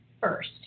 first